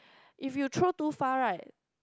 if you throw too far right